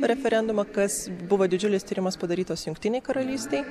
referendumą kas buvo didžiulis tyrimas padarytas jungtinėj karalystėj